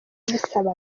agusaba